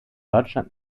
deutschland